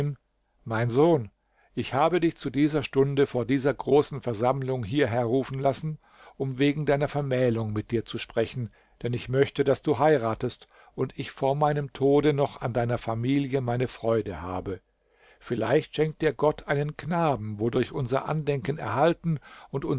mein sohn ich habe dich zu dieser stunde vor dieser großen versammlung hierher rufen lassen um wegen deiner vermählung mit dir zu sprechen denn ich möchte daß du heiratest und ich vor meinem tode noch an deiner familie meine freude habe vielleicht schenkt dir gott einen knaben wodurch unser andenken erhalten und